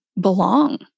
belong